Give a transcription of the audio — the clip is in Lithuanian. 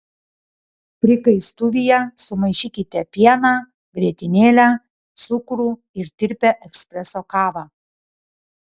prikaistuvyje sumaišykite pieną grietinėlę cukrų ir tirpią espreso kavą